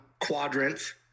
quadrants